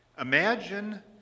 Imagine